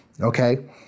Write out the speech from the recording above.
Okay